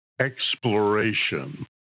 exploration